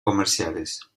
comerciales